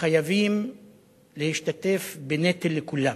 חייבים להשתתף בנטל כולם.